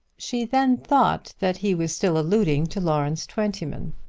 she then thought that he was still alluding to lawrence twentyman.